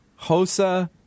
Hosa